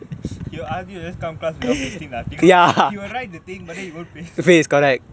he'll argue just come class without pasting the article he'll write the thing but then that he won't paste